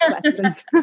questions